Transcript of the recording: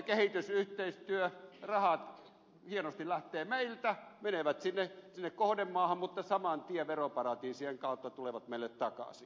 norjahan keksi että kehitysyhteistyörahat hienosti lähtevät meiltä menevät sinne kohdemaahan mutta saman tien veroparatiisien kautta tulevat meille takaisin